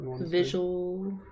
Visual